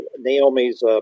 Naomi's